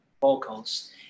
vocals